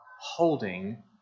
holding